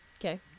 Okay